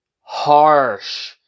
harsh